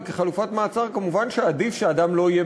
וכחלופת מעצר מובן שעדיף שאדם לא יהיה